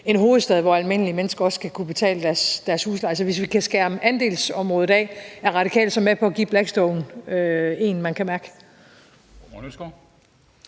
en hovedstad, hvor almindelige mennesker også skal kunne betale deres husleje. Hvis vi kan skærme andelsområdet af, er Radikale så med på at give Blackstone en, der kan mærkes?